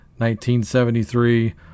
1973